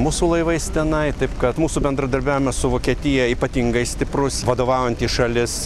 mūsų laivais tenai taip kad mūsų bendradarbiavimas su vokietija ypatingai stiprus vadovaujant į šalis